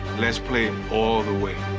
let's play all the way.